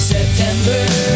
September